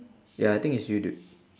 ya I think it's you dude